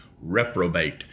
reprobate